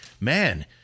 man